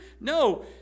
No